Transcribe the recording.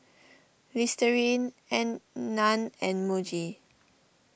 Listerine Nan and Muji